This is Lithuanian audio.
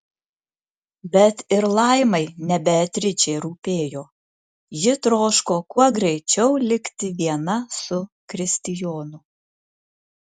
bet ir laimai ne beatričė rūpėjo ji troško kuo greičiau likti viena su kristijonu